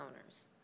owners